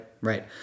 right